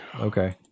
Okay